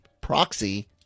proxy